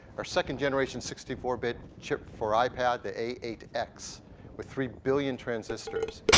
our second-generation sixty four bit chip for ipad, the a eight x with three billion transistors.